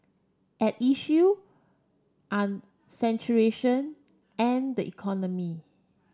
at issue are saturation and the economy